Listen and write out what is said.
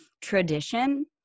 tradition